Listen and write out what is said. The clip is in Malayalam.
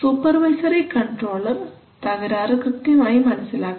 സൂപ്പർവൈസറി കൺട്രോളർ തകരാറ് കൃത്യമായി മനസ്സിലാക്കണം